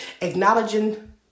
Acknowledging